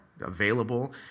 available